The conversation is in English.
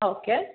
okay